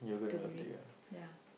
to Mary ya